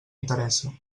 interessa